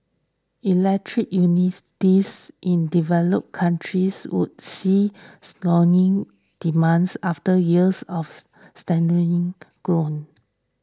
Electric Utilities in developed countries would see soaring demand after years of stagnating growth